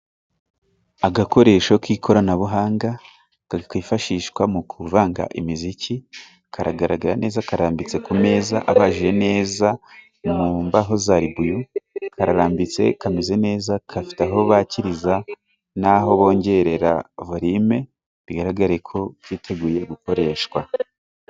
Agakoresho k'ikoranabuhanga kakwifashishwa mu kuvanga imiziki, karagaragara neza karambitse ku meza abajije neza mu mbaho za ribuyu, karambitse kameze neza kafite aho bakiriza naho bongerera Volime, bigaragare ko byiteguye gukoreshwa.